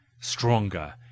stronger